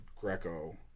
Greco